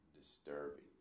disturbing